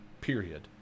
period